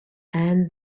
and